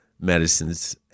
medicines